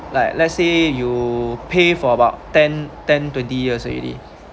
like let's say you pay for about ten ten twenty years already